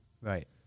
Right